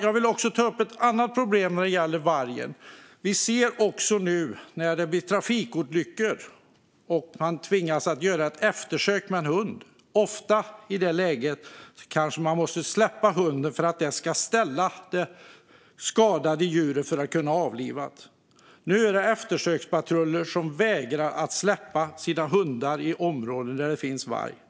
Jag vill också ta upp ett annat problem när det gäller vargen. I samband med trafikolyckor då man tvingas göra ett eftersök med hund måste man ofta släppa hunden för att den ska ställa det skadade djuret så att det kan avlivas. Nu finns det eftersökspatruller som vägrar att släppa sina hundar i områden där det finns varg.